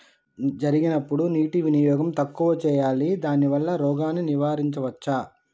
జరిగినప్పుడు నీటి వినియోగం తక్కువ చేయాలి దానివల్ల రోగాన్ని నివారించవచ్చా?